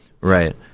Right